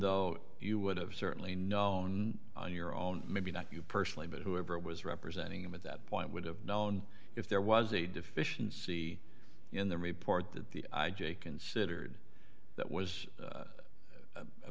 though you would have certainly known on your own maybe not you personally but whoever was representing him at that point would have known if there was a deficiency in the report that the i j a considered that was